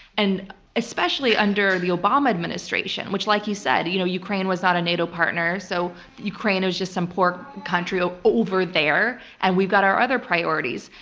and especially under the obama administration, which like you said, you know, ukraine was not a nato partner, so ukraine was just um poor country ah over there, and we've got our other priorities.